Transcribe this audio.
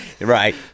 Right